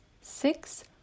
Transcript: six